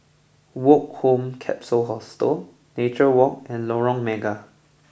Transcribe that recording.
Woke Home Capsule Hostel Nature Walk and Lorong Mega